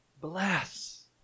bless